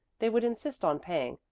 they would insist on paying,